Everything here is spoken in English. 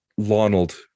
Lonald